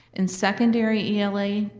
in secondary ela,